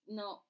no